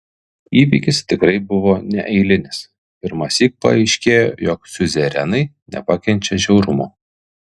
įvykis tikrai buvo neeilinis pirmąsyk paaiškėjo jog siuzerenai nepakenčia žiaurumo